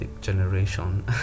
generation